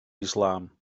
islam